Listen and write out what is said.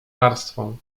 warstwą